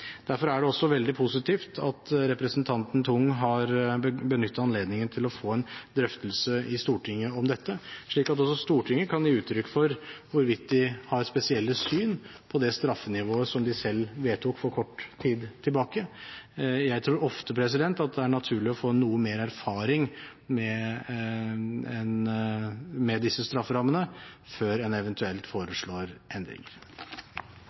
Derfor er det også veldig positivt at representanten Tung har benyttet anledningen til å få en drøftelse i Stortinget om dette, slik at også Stortinget kan gi uttrykk for hvorvidt de har spesielle syn på det straffenivået som de selv vedtok for kort tid tilbake. Jeg tror ofte det er naturlig å få noe mer erfaring med disse strafferammene før en eventuelt foreslår endringer.